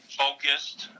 focused